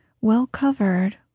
well-covered